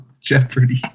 Jeopardy